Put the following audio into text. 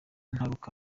nturuka